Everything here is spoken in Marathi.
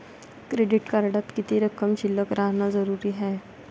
क्रेडिट कार्डात किती रक्कम शिल्लक राहानं जरुरी हाय?